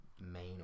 main